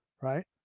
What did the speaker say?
right